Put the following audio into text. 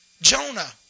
Jonah